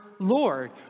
Lord